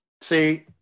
See